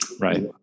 Right